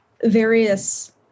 various